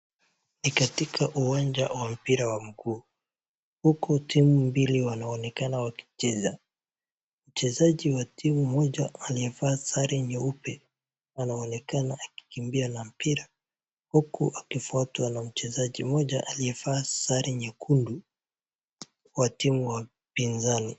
Ni katika uwanja wa mpira wa mguu, huku timu mbili wanaonekana wakicheza, mchezaji wa timu moja aliyevaa sare nyeupe anaonekana akikimbia na mpira huku akifuatwa na mchezaji moja aliyevaa sare nyekundu wa timu wa upinzani.